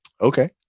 Okay